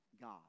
God